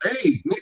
hey